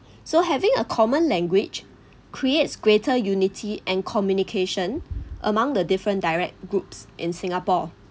so having a common language creates greater unity and communication among the different dialect groups in singapore